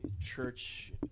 church